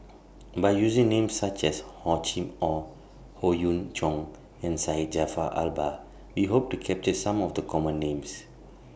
By using Names such as Hor Chim Or Howe Yoon Chong and Syed Jaafar Albar We Hope to capture Some of The Common Names